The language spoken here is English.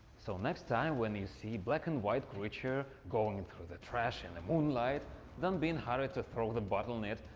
so next time when you see black and white creature, going and through the trash in the moonlight don't be in hurry to throw the bottle in it.